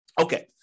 Okay